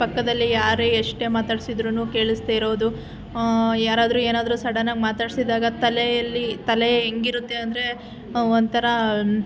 ಪಕ್ಕದಲ್ಲಿ ಯಾರೇ ಎಷ್ಟೇ ಮಾತಾಡಿಸಿದ್ರೂ ಕೇಳಿಸದೆ ಇರೋದು ಯಾರಾದರೂ ಏನಾದರೂ ಸಡನ್ನಾಗಿ ಮಾತಾಡಿಸಿದಾಗ ತಲೆಯಲ್ಲಿ ತಲೆ ಹೇಗಿರುತ್ತೆ ಅಂದರೆ ಒಂಥರ